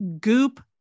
Goop